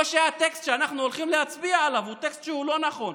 או שהטקסט שאנחנו הולכים להצביע עליו הוא טקסט לא נכון,